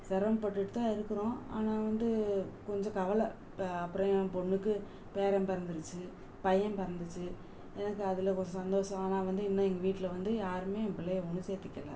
சிரமப்பட்டுட்டு தான் இருக்கிறோம் ஆனால் வந்து கொஞ்சம் கவலை இப்போ அப்புறம் என் பொண்ணுக்கு பேரன் பிறந்திருச்சு பையன் பிறந்திச்சு எனக்கு அதில் கொஞ்சம் சந்தோஷம் ஆனால் வந்து இன்னும் எங்கள் வீட்ல வந்து யாருமே என் பிள்ளைய வந்து சேர்த்துக்கல